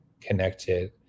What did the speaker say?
connected